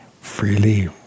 freely